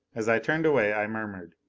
as i turned away, i murmured,